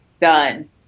done